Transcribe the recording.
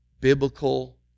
biblical